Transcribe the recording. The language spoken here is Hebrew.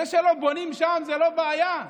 זה שלא בונים שם זה לא בעיה,